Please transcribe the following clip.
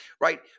right